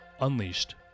Unleashed